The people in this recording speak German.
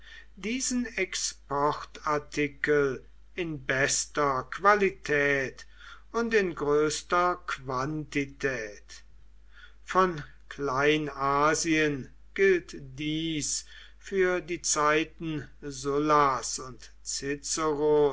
diesen exportartikel in bester qualität und in größter quantität von kleinasien gilt dies für die zeiten sullas und